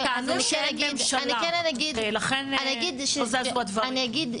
הם טענו שאין ממשלה ולכן לא זזו הדברים.